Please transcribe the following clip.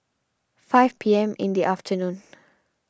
five P M in the afternoon